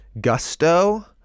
gusto